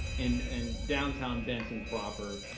in in downtown benson proper,